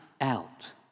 out